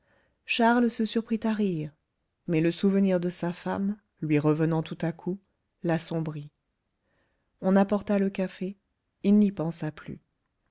charles se surprit à rire mais le souvenir de sa femme lui revenant tout à coup l'assombrit on apporta le café il n'y pensa plus